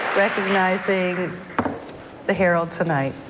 recognizing the herald tonight.